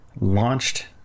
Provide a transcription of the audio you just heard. launched